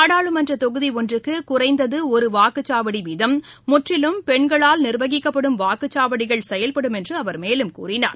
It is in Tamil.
நாடாளுமன்றத் தொகுதிஒன்றுக்குகுறைந்ததுஒருவாக்குச்சாவடிவீதம் பெண்களால் முற்றிலும் நிர்வகிக்கப்படும் வாக்குச்சாவடிகள் செயல்படும் என்றுஅவர் மேலும் கூறினார்